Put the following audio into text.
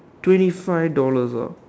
twenty five dollars ah